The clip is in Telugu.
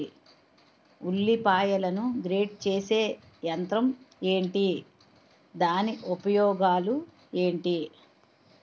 ఉల్లిపాయలను గ్రేడ్ చేసే యంత్రం ఏంటి? దాని ఉపయోగాలు ఏంటి?